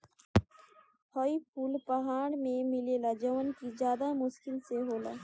हई फूल पहाड़ में मिलेला जवन कि ज्यदा मुश्किल से होला